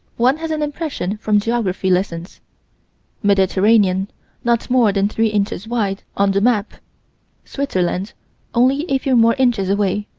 one has an impression from geography lessons mediterranean not more than three inches wide, on the map switzerland only a few more inches away.